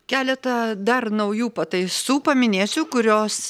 keletą dar naujų pataisų paminėsiu kurios